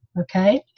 okay